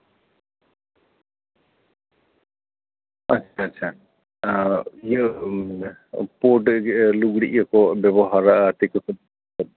ᱦᱮᱸ ᱟᱪᱪᱷᱟ ᱯᱩᱸᱰ ᱞᱩᱜᱽᱲᱤᱡ ᱦᱚᱸᱠᱚ ᱵᱮᱵᱚᱦᱟᱨᱟ